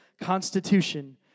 Constitution